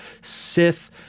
Sith